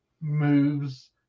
moves